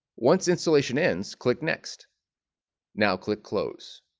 once installation ends click next now click close